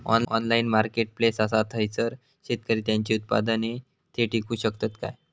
Online marketplace असा थयसर शेतकरी त्यांची उत्पादने थेट इकू शकतत काय?